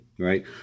Right